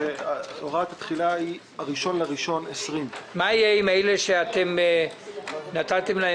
שהיא ה-1 בינואר 2020. מה יהיה עם אלה שנתתם להם